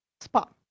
spot